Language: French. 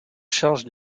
charge